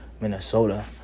Minnesota